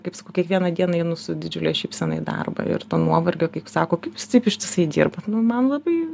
kaip sakau kiekvieną dieną einu su didžiule šypsena į darbą ir to nuovargio kaip sako kaip jūs taip ištisai dirbat nu man labai